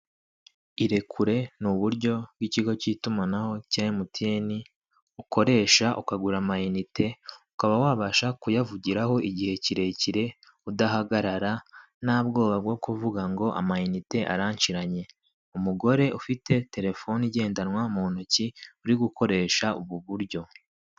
Irekure ni uburyo bw'ikigo cy'itumanaho cya emutiyene ukoresha ukagura amayinite ukaba wabasha kuyavugiraho igihe kirekire udahagarara ntabwoba bwo kuvuga ngo amayinite aranshiranye, umugore ufite telefone igendanwa mu ntoki uri gukoresha ubu buryo.